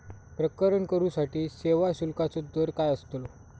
प्रकरण करूसाठी सेवा शुल्काचो दर काय अस्तलो?